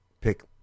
pick